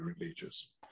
religious